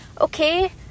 Okay